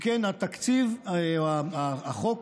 אם כן, התקציב או החוק